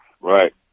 Right